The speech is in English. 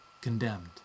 condemned